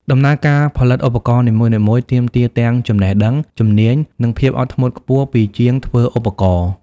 ដំណើរការផលិតឧបករណ៍នីមួយៗ ទាមទារទាំងចំណេះដឹង ជំនាញ និងភាពអត់ធ្មត់ខ្ពស់ពីជាងធ្វើឧបករណ៍។